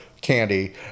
candy